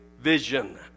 vision